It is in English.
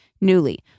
Newly